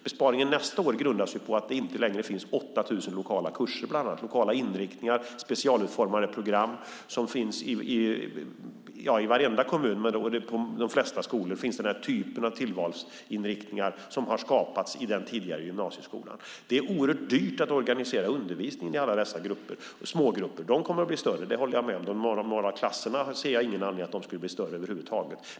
Besparingen nästa år grundas bland annat på att det inte längre finns 8 000 lokala kurser, lokala inriktningar och specialutformade program. I de flesta kommuner och skolor har denna typ av tillval och inriktningar funnits. De har skapats i den tidigare gymnasieskolan. Det är oerhört dyrt att organisera undervisning i alla dessa smågrupper. Dessa grupper kommer att bli större. Det håller jag med om. Men jag ser ingen anledning över huvud taget till att klasserna skulle bli större.